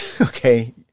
okay